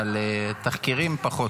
אבל תחקירים פחות.